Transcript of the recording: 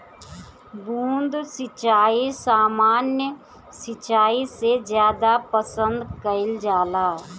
बूंद सिंचाई सामान्य सिंचाई से ज्यादा पसंद कईल जाला